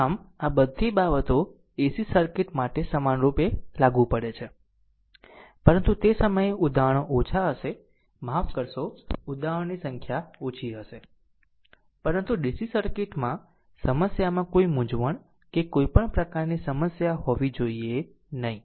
આમ આ બધી બાબતો AC સર્કિટ્સ માટે સમાનરૂપે લાગુ પડે છે પરંતુ તે સમયે ઉદાહરણો ઓછા હશે માફ કરશો ઉદાહરણોની સંખ્યા ઓછી હશે પરંતુ DC સર્કિટમાં સમસ્યામાં કોઈ મૂંઝવણ કે કોઈ પણ પ્રકારની સમસ્યા હોવી જોઈએ નહીં